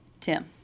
Tim